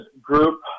group